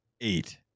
Eight